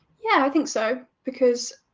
yeah i think so, because,